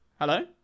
Hello